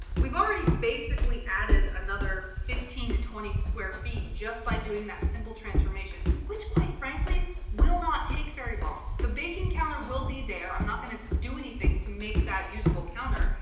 we've already basically added another fifteen to twenty square feet just by doing that simple transformation, which quite frankly will not take very long. the big encounter will be there, i'm not going to do anything to make that usable counter.